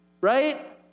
right